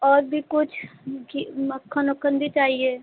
और भी कुछ घी मक्खन ओक्खन भी चाहिए